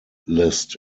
list